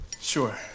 Sure